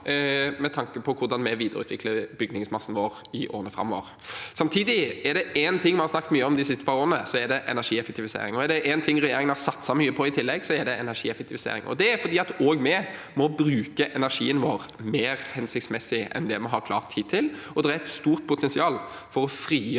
med tanke på hvordan vi videreutvikler bygningsmassen vår i årene framover. Samtidig: Er det én ting vi har snakket mye om de siste par årene, er det energieffektivisering, og er det én ting regjeringen har satset mye på i tillegg, er det energieffektivisering. Det er fordi også vi må bruke energien vår mer hensiktsmessig enn det vi har klart hittil, og det er et stort potensial for å frigjøre